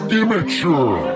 immature